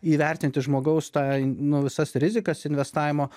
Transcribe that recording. įvertinti žmogaus tą nu visas rizikas investavimo